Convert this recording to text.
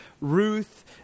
Ruth